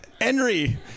Henry